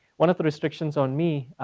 one of the restrictions on me,